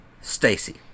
Stacy